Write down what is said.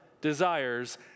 desires